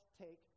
take